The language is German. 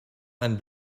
einen